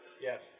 Yes